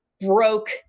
broke